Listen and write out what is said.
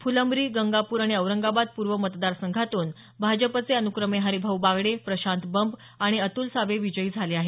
फुलंब्री गंगापूर आणि औरंगाबाद पूर्व मतदार संघातून भाजपचे अनुक्रमे हरिभाऊ बागडे प्रशांत बंब आणि अत़ल सावे विजयी झाले आहेत